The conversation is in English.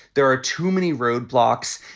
there are too many roadblocks.